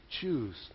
choose